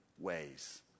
ways